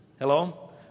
Hello